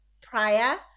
prior